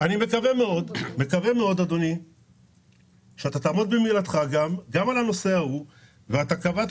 אני מקווה מאוד שתעמוד במילתך על כך שבסוף